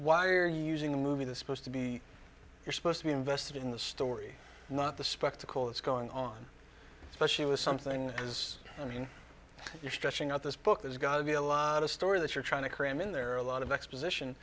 why are you using the movie this supposed to be you're supposed to be invested in the story not the spectacle that's going on especially with something as i mean you're stretching out this book there's got to be a lot of story that you're trying to cram in there a lot of exposition